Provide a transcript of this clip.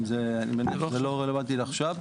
אני מניח שזה לא רלוונטי לעכשיו.